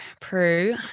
Prue